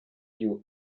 you